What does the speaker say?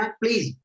please